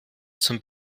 zum